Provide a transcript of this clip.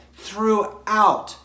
throughout